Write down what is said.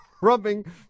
rubbing